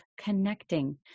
connecting